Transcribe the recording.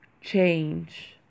change